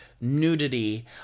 nudity